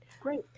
Great